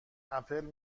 اپل